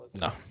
No